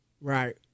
right